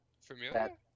Familiar